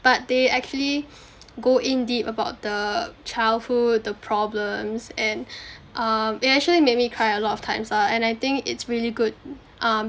but they actually go in deep about the childhood the problems and um it actually made me cry a lot of times lah and I think it's really good um